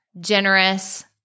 generous